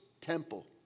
temple